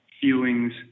feelings